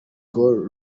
col